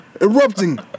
Erupting